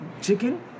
Chicken